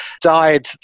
died